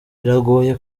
biragoye